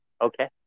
Okay